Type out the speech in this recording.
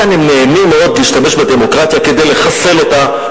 כאן הם נהנים מאוד להשתמש בדמוקרטיה כדי לחסל אותה.